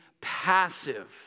passive